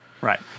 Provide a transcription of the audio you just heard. Right